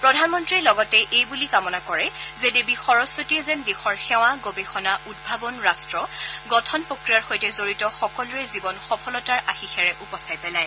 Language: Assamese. প্ৰধানমন্ত্ৰীয়ে লগতে এই বুলি কামনা কৰে যে দেৱী সবস্বতীয়ে যেন দেশৰ সেৱা গৱেষণা উদ্ভাৱন ৰাষ্ট্ৰ গঠন প্ৰক্ৰিয়াৰ সৈতে জড়িত সকলোৰে জীৱন সফলতাৰ আশীষেৰে উপচাই পেলায়